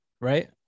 right